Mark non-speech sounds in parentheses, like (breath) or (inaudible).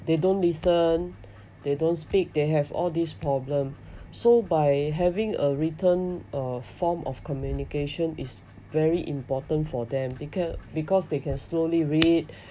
they don't listen they don't speak they have all this problem (breath) so by having a written uh form of communication is very important for them because because they can slowly read (breath)